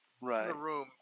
Right